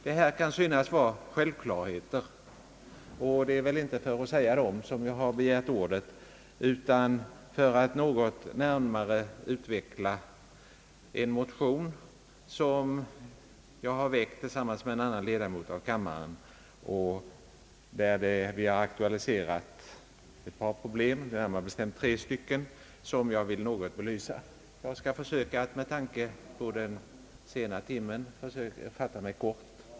Detta kan synas vara självklarheter, och det är inte för att säga dem som jag har begärt ordet utan för att något närmare utveckla resonemanget i en motion som jag har väckt tillsammans med en annan ledamot av kammaren. Vi har där aktualiserat tre problem, som jag något vill belysa. Med tanke på den sena timmen skall jag försöka att fatta mig kort.